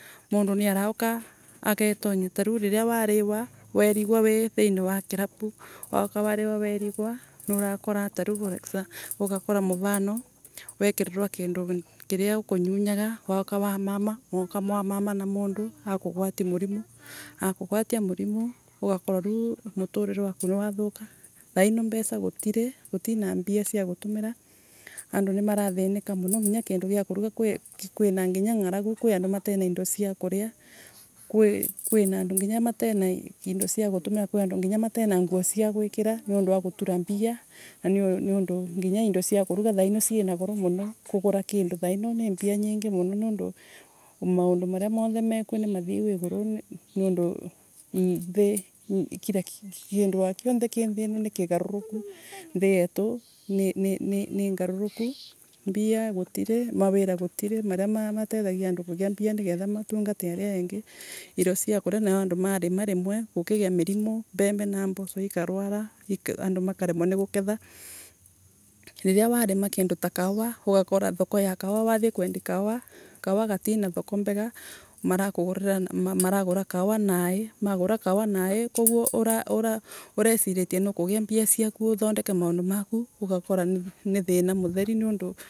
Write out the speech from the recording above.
Mundu niarauka agetonyia tariu riria wariwa warigwa wi thiini wa kirapu, wariwa werigua, niurakora tariu for ex ugakora muvano, wekirirwa kindu kiria ukunyuyaga, wauka wamama, mwauka mwamama na mundu akugwati murimu, akugwati murimu ugakora riu muturire waku niwathuka, thaino mbeca gutire, gutina mbia cia gutumira. Andu nimarathinika muno muno ni kindu gia kigura. Kwina nginya ng’aragu, kwina andu mataina indo cia kuria kwi andu nginya mataina indo cia gutumira, kwi andu nginya mataina nguo cia guikira niundu wa gutura mbia. Na niundu nginya indo cia kuruga thaino ciana goro muno. Kugura kindu thaino ni mbia nyingi muno nundu maundu maria monthe nimathieu iguru niundu nthii kila ki kindu wa kionthe ki nthii ino nikigaruruku. Nthi yetu nini ni ni ngaruruku. Mbia gutiri. Mawira gutiri maria matethagia andu kugia mbia nigetha matungate aria engi. Irio cia kuria nayo andu marima rimwe gukigia mirimu, mbembe na moco ikarwara andu makaremwa ni guketha. Riria warima kindu ta kauwa ugakora thoko ya kauwa wathie kwendia kauwa, kauwa gatina thoko mbega marakugurira, maragura kauwa naii, magura kauwa naii. Uguo ura ura ureciretie mbia ciaku uthondeke maundu maku ugakora ni thina mutheri.